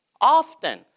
often